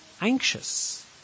anxious